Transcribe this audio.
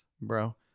bro